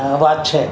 વાત છે